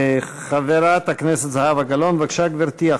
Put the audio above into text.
חברת הכנסת זהבה גלאון, בבקשה, גברתי.